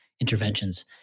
interventions